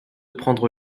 prendre